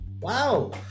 Wow